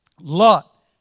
Lot